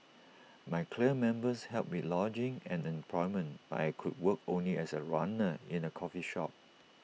my clan members helped with lodging and employment but I could work only as A runner in A coffee shop